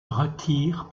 retirent